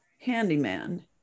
handyman